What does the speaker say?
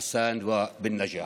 חסן בן נג'אח.